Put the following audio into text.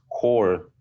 core